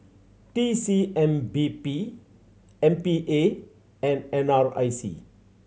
T C M P B M P A and N R I C